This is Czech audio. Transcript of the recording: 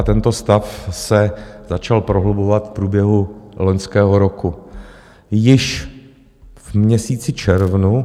Tento stav se začal prohlubovat v průběhu loňského roku, již v měsíci červnu.